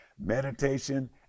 meditation